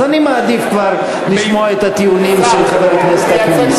אז אני מעדיף כבר לשמוע את הטיעונים של חבר הכנסת אקוניס.